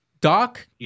Doc